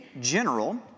general